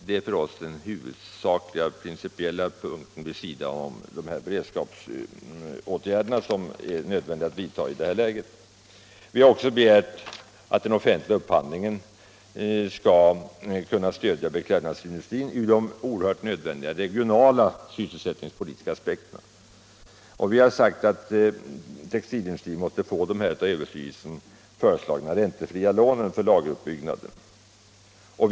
Det är för oss den huvudsakliga principiella punkten vid sidan av de beredskapsåtgärder som är nödvändiga att vidta i det här läget. Vi har också begärt att den offentliga upphandlingen skall kunna stödja beklädnadsindustrin, sedd ur de oerhört viktiga regionala sysselsättningspolitiska aspekterna. Vi har sagt att textilindustrin måste få de av överstyrelsen föreslagna räntefria lånen för lageruppbyggnaden.